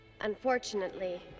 Unfortunately